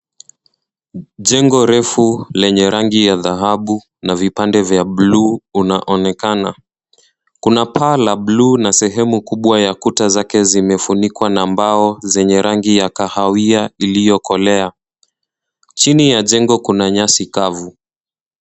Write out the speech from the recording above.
Jengo refu lenye rangi ya dhahabu na vipande vya buluu unaonekana kuna paa la buluu na sehemu kubwa ya kuta zake zimefunikwa na mmmbao zenye rangi ya kahawia iliyokolea chini ya jengo kuna nyasi kavu.